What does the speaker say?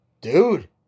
dude